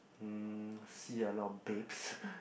mm see a lot of babes